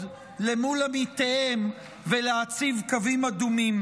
אל מול עמיתיהם ולהציב קווים אדומים.